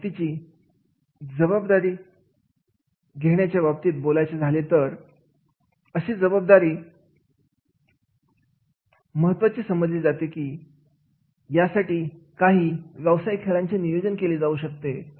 व्यक्तीच्या जबाबदारी देण्याच्या बाबतीत बोलायचे झाले तर अशी जबाबदारी म्हातारी जाऊ शकते यासाठी काही व्यवसाय खेळांचे नियोजन केले जाऊ शकते